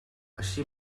així